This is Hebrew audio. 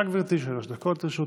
בבקשה, גברתי, שלוש דקות לרשותך.